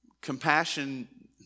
Compassion